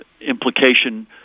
implication